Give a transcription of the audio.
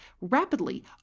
rapidly